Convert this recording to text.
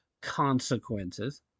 consequences